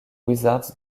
wizards